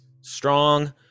strong